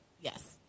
yes